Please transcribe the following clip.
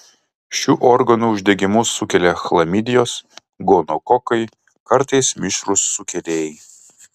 šių organų uždegimus sukelia chlamidijos gonokokai kartais mišrūs sukėlėjai